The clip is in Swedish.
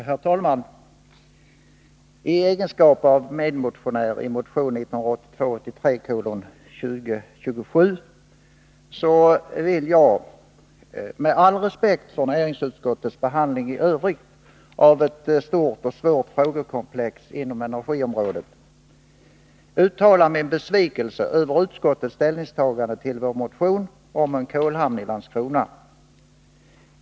Herr talman! I egenskap av medmotionär i motion 1982/83:2027 vill jag — med all respekt för näringsutskottets behandling i övrigt av ett stort och svårt frågekomplex inom energiområdet — uttala min besvikelse över utskottets ställningstagande till vår motion om en kolhamn i Landskrona.